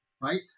right